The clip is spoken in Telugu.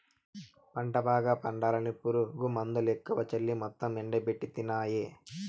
పంట బాగా పండాలని పురుగుమందులెక్కువ చల్లి మొత్తం ఎండబెట్టితినాయే